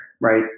right